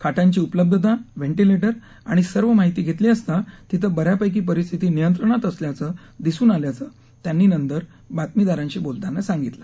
खाटांची उपलब्धता वेंटिलेटर आणि सर्व माहिती घेतली असता तिथं बऱ्यापैकी परिस्थिती नियंत्रणात असल्याचं दिसून आल्याचं त्यांनी नंतर बातमीदारांशी बोलताना सांगितलं